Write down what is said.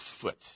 foot